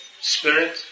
spirit